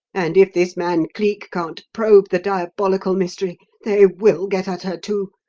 and if this man cleek can't probe the diabolical mystery, they will get at her, too,